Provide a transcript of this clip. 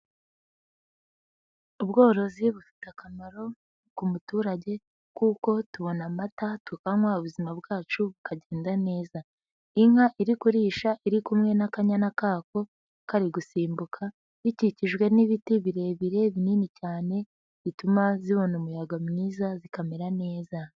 Ubworozi bufite akamaro ku muturage kuko tubona amata tukanywa ubuzima bwacu bukagenda neza, inka iri kuririsha iri kumwe n'akanyana kako kari gusimbuka, bikikijwe n'ibiti birebire binini cyane bituma zibona umuyaga mwiza zikamera neza.